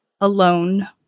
alone